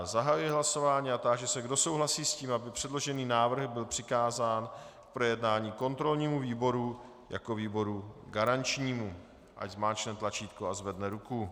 Zahajuji hlasování a táži se, kdo souhlasí s tím, aby předložený návrh byl přikázán k projednání kontrolnímu výboru jako výboru garančnímu, ať zmáčkne tlačítko a zvedne ruku.